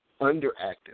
underactive